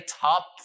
top